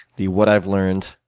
the what i've learned,